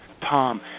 tom